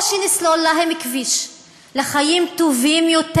או שנסלול להם כביש לחיים טובים יותר,